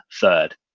third